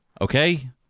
Okay